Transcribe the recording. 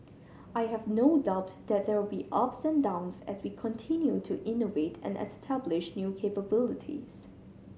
I have no doubt that there will be ups and downs as we continue to innovate and establish new capabilities